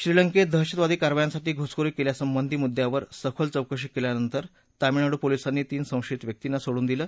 श्रीलंक्त दहशतवादी कारवायांसाठी घुसखोरी कत्यासंबंधी मुद्द्यांवर सखोल चौकशी कल्यानंतर तामिळनाडू पोलीसांनी तीन संशयीत व्यक्तीना सोडूल दिलं